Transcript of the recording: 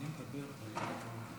23 בעד,